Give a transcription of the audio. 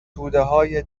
تودههای